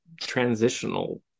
transitional